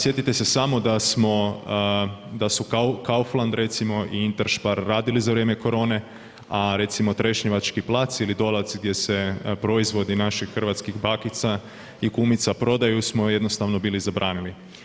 Sjetite se samo da su Kaufland recimo i Interspar radili za vrijeme korone, a recimo Trešnjevački plac ili Dolac gdje se proizvodi naših hrvatskih bakica i kumica prodaju smo jednostavno bili zabranili.